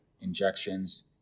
injections